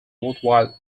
worthwhile